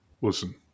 Listen